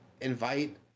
invite